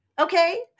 Okay